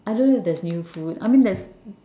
I don't know if there's new food I mean there's